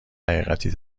حقیقتی